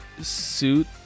suit